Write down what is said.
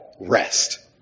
rest